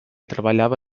treballava